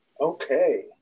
okay